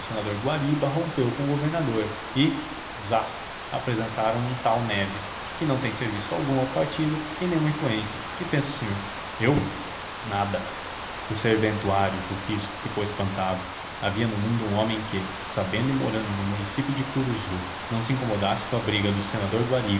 guariba rompeu com o governador e zás apresentaram um tal neves que não tem serviço algum ao partido e nenhuma influência que pensa o senhor eu nada o serventuário do fisco ficou espantado havia no mundo um homem que sabendo e morando no município de curuzu não se incomodasse com a briga do senador guariba